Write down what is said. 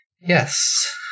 Yes